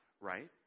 right